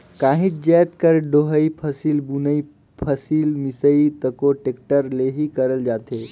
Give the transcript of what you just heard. काहीच जाएत कर डोहई, फसिल बुनई, फसिल मिसई तको टेक्टर ले ही करल जाथे